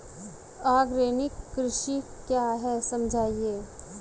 Organic कृषि क्या है समझाइए?